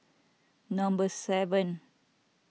number seven